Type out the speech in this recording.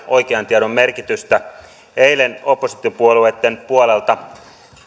oikean tiedon merkitystä eilen oppositiopuolueitten puolelta